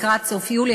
לקראת סוף יולי,